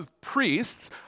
priests